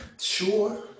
sure